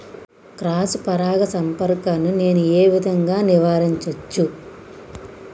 Cross పరాగ సంపర్కాన్ని నేను ఏ విధంగా నివారించచ్చు?